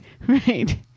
Right